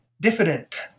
diffident